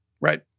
Right